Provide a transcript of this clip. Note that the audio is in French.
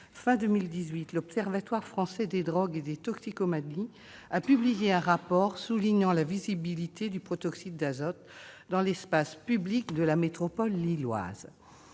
de 2018, l'Observatoire français des drogues et des toxicomanies a publié un rapport soulignant la visibilité du protoxyde d'azote dans l'espace public de la métropole lilloise.